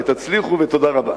הצליחו ותודה רבה.